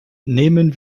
nehmen